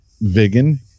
vegan